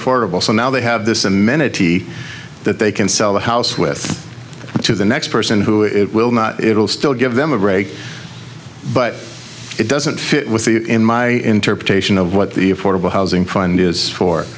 affordable so now they have this amenity that they can sell the house with to the next person who it will not it'll still give them a break but it doesn't fit with the in my interpretation of what the affordable housing find is for